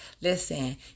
Listen